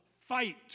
fight